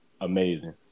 amazing